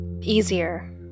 easier